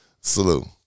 Salute